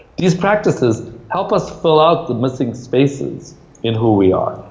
these practices help us fill out the missing spaces in who we are.